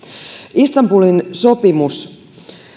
istanbulin sopimus